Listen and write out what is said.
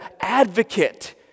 advocate